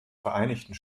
vereinigten